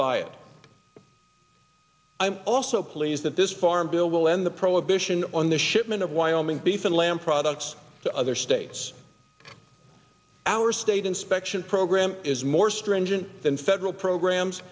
buy it i'm also pleased that this farm bill will end the prohibition on the shipment of wyoming beef and lamb products to other states our state inspection program is more stringent than federal programs